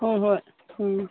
ꯍꯣꯏ ꯍꯣꯏ ꯎꯝ